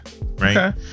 Right